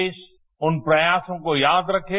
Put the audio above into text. देश इन प्रयासों को याद रखे